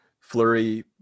flurry